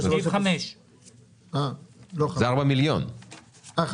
סעיף 5. זה ארבעה מיליון שקלים.